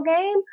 game